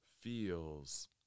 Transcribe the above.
feels